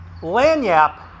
Lanyap